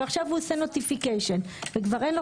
ועושה נוטיפיקיישן כבר היה לו